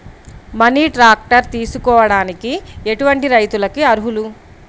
Mini tractor తీసుకోవడానికి ఎటువంటి రైతులకి అర్హులు?